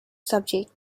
subject